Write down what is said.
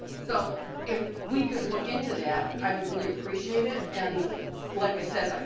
so if we could look into that, i would really appreciate it. and like i said, like